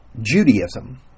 Judaism